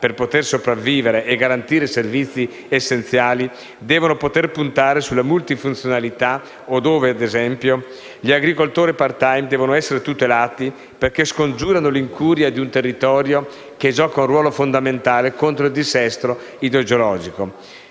per poter sopravvivere e garantire servizi essenziali, devono poter puntare sulla multifunzionalità o dove, ad esempio, gli agricoltori *part-time* devono essere tutelati, perché scongiurano l'incuria di un territorio che gioca un ruolo fondamentale contro il dissesto idrogeologico.